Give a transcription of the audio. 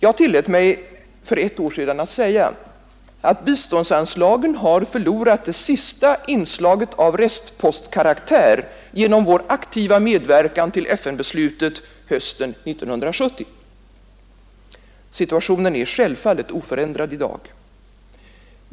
Jag tillät mig att för ett år sedan säga, att biståndsanslagen förlorat det sista inslaget av restpostkaraktär genom vår aktiva medverkan till FN-beslutet hösten 1970. Situationen är självfallet oförändrad i dag.